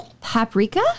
Paprika